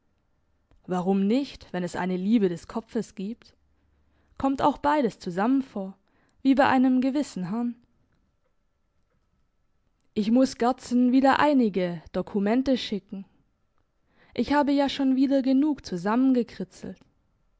warum nicht wenn es eine liebe des kopfes gibt kommt auch beides zusammen vor wie bei einem gewissen herrn ich muss gerdsen wieder einige dokumente schicken ich habe ja schon wieder genug